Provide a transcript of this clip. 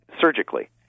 surgically